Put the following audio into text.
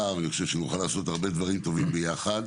ואני חושב שנוכל לעשות הרבה דברים טובים ביחד,